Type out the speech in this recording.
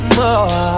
more